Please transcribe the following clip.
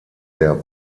der